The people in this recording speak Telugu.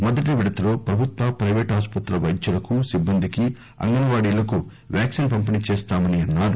మొదటి విడతలో ప్రభుత్వ ప్రైవేట్ ఆస్పత్రుల వైద్యులకు సిబ్బందికి అంగస్వాడీలకు వ్యాక్సిన్ పంపిణీ చేస్తామన్నారు